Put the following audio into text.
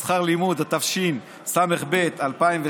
2. חוק הלוואות לשכר לימוד, התשס"ב 2002,